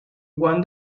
juan